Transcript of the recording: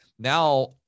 Now